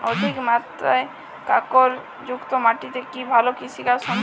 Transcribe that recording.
অধিকমাত্রায় কাঁকরযুক্ত মাটিতে কি ভালো কৃষিকাজ সম্ভব?